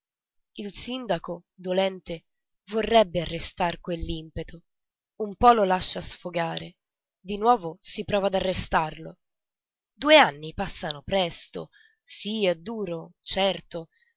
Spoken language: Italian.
il sindaco dolente vorrebbe arrestar quell'impeto un po lo lascia sfogare di nuovo si prova ad arrestarlo due anni passano presto sì è duro certo